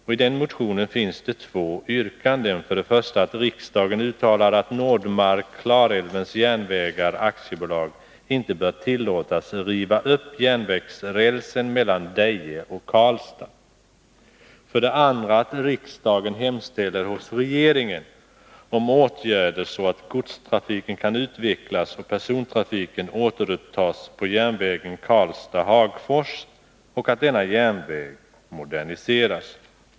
I den motionen finns två yrkanden: för det första att riksdagen uttalar att Nordmark-Klarälvens Järnvägar AB inte bör tillåtas riva upp järnvägsrälsen mellan Deje och Karlstad och för det andra att riksdagen hemställer hos regeringen om åtgärder, så att godstrafiken kan utvecklas och persontrafiken återupptas på järnvägen Karlstad-Hagfors och att denna järnväg moderniseras.